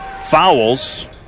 fouls